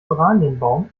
oranienbaum